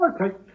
Okay